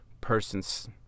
person's